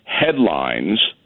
headlines